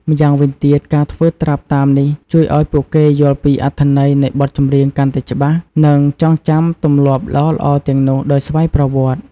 ម្យ៉ាងវិញទៀត ការធ្វើត្រាប់តាមនេះជួយឲ្យពួកគេយល់ពីអត្ថន័យនៃបទចម្រៀងកាន់តែច្បាស់ និងចងចាំទម្លាប់ល្អៗទាំងនោះដោយស្វ័យប្រវត្តិ។